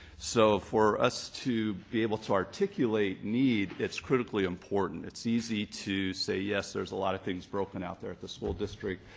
so for us to be able to articulate need, it's critically important. it's easy to say yes, ther's a lot of things broken out there at the school district,